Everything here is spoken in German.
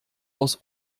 aus